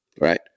right